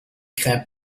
craint